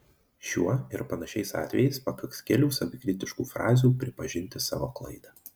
šiuo ir panašiais atvejais pakaks kelių savikritiškų frazių pripažinti savo klaidą